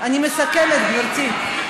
אני מסכמת, גברתי.